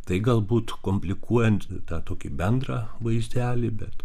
tai galbūt komplikuojant tą tokį bendrą vaizdelį bet